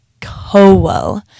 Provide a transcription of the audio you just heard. Cowell